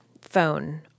phone